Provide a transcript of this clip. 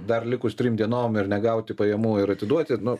dar likus trim dienom ir negauti pajamų ir atiduoti nu